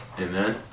Amen